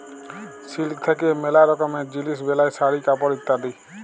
silk থাক্যে ম্যালা রকমের জিলিস বেলায় শাড়ি, কাপড় ইত্যাদি